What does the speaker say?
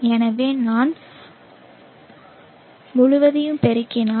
எனவே நான் முழுவதையும் பெருக்கினால்